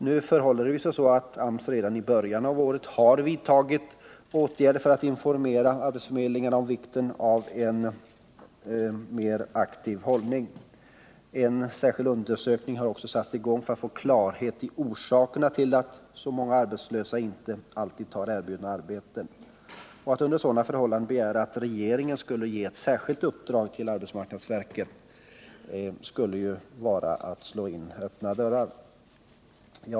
Nu förhåller det sig så att AMS redan i början av året har vidtagit åtgärder för att informera arbetsförmedlingarna om vikten av en mer aktiv hållning. En särskild undersökning har också satts i gång för att få klarhet i orsakerna till att många arbetslösa inte alltid tar erbjudna arbeten. Att under sådana förhållanden begära att regeringen skall ge ett särskilt uppdrag åt arbetsmarknadsverket skulle vara att slå in öppna dörrar.